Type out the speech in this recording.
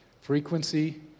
Frequency